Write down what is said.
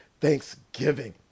thanksgiving